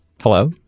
Hello